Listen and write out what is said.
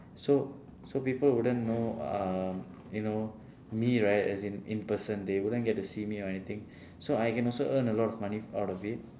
so so people wouldn't know uh you know me right as in in person they wouldn't get to see me or anything so I can also earn a lot of money out of it